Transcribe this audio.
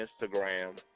Instagram